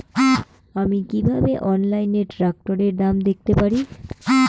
আমি কিভাবে অনলাইনে ট্রাক্টরের দাম দেখতে পারি?